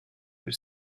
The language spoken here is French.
que